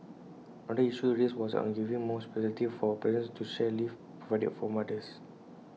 another issue raised was on giving more flexibility for parents to share leave provided for mothers